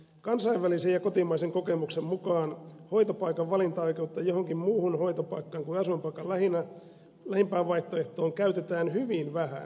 kansainvälisen ja kotimaisen kokemuksen mukaan hoitopaikan valintaoikeutta johonkin muuhun hoitopaikkaan kuin asuinpaikan lähimpään vaihtoehtoon käytetään hyvin vähän